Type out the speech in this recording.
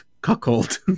cuckold